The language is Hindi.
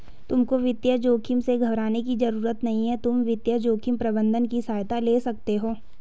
तुमको वित्तीय जोखिम से घबराने की जरूरत नहीं है, तुम वित्तीय जोखिम प्रबंधन की सहायता ले सकते हो